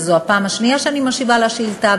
וזו הפעם השנייה שאני משיבה על השאילתה,